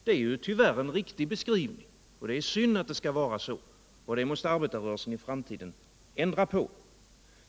Det är tyvärr en riktig beskrivning. Det är synd att det skall vara så, och det måste arbetarrörelsen ändra på i framtiden.